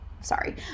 sorry